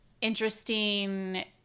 interesting